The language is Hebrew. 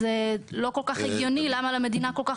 אז לא כל כך הגיוני למה למדינה כל כך